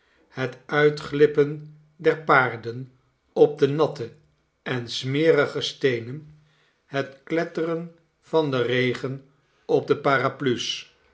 het uitglippen der paarden op de natte en smerige steenen het kletteren van den regen op de paraplu's